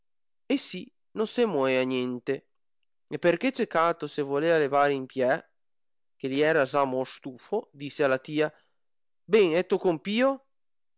e sì no se moea ninte e perchè cecato se volea levar in pe che fiera za mo stufo disse alla tia ben he to compio